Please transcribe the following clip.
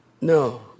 No